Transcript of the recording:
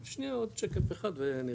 שנייה, עוד שקף אחד ונראה.